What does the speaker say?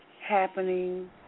happening